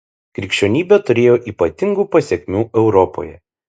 krikščionybė turėjo ypatingų pasekmių europoje